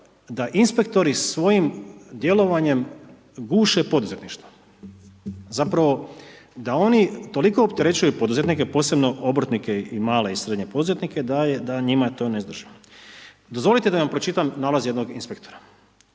da inspektori svojim djelovanjem guše poduzetništvo. Zapravo da oni toliko opterećuju poduzetnike posebno obrtnike i male i srednje poduzetnike da je njima to neizdrživo. Dozvolite da vam pročitam nalaz jednog inspektora,